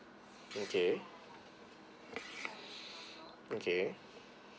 okay okay